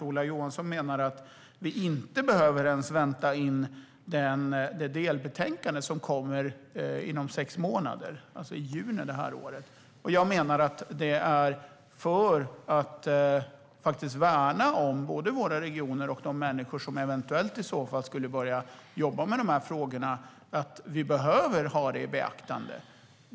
Ola Johansson menar att vi inte behöver vänta in ens det delbetänkande som kommer inom sex månader, alltså i juni det här året, och jag menar att det är för att värna både våra regioner och de människor som eventuellt skulle börja jobba med dessa frågor som vi behöver ha det i beaktande.